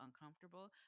uncomfortable